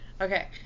okay